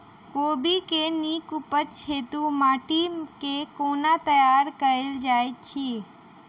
कोबी केँ नीक उपज हेतु माटि केँ कोना तैयार कएल जाइत अछि?